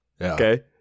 Okay